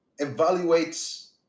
evaluates